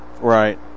Right